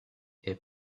est